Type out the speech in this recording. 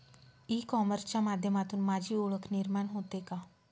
E कॉमर्सच्या माध्यमातून माझी ओळख निर्माण होते का?